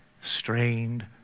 strained